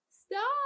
Stop